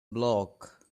bloke